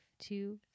Two